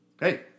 hey